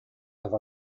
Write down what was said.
have